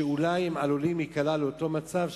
שאולי הם עלולים להיקלע לאותו מצב,